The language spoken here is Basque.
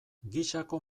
gisako